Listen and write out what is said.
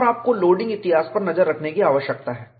और आपको लोडिंग इतिहास पर नज़र रखने की आवश्यकता है